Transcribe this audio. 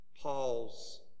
Paul's